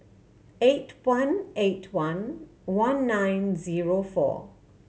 eight one eight one one nine zero four